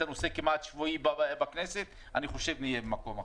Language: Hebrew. הנושא כמעט על בסיס שבועי בכנסת אני חושב שנהיה במקום אחר.